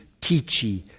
teachy